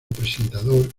presentador